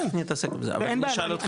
איך נתעסק בזה, אני אשאל אותך,